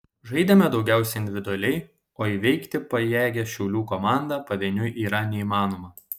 žaidėme daugiausiai individualiai o įveikti pajėgią šiaulių komandą pavieniui yra neįmanoma